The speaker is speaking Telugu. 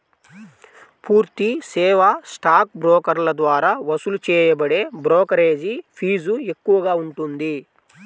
పూర్తి సేవా స్టాక్ బ్రోకర్ల ద్వారా వసూలు చేయబడే బ్రోకరేజీ ఫీజు ఎక్కువగా ఉంటుంది